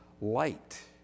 light